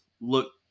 look